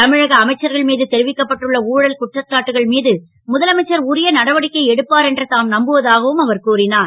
தமிழக அமைச்சர்கள் மீது தெரிவிக்கப்பட்டுள்ள ஊழல் குற்றசாட்டுகள் மீது முதலமைச்சர் உரிய நடவடிக்கை எடுப்பார் என்று தாம் நம்புவதாகவும் அவர் கூறினார்